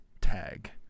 tag